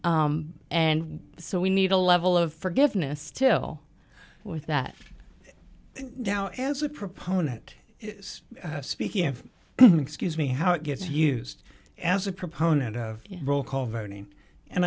and so we need a level of forgiveness still with that now as a proponent of speaking of excuse me how it gets used as a proponent of